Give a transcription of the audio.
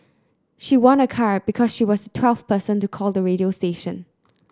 she won a car because she was twelfth person to call the radio station